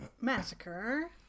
massacre